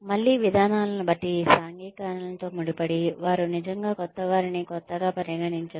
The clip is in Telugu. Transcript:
మళ్ళీ విధానాలను బట్టి సాంఘికీకరణతో ముడిపడి వారు నిజంగా క్రొత్తవారిని క్రొత్తగా పరిగణించరు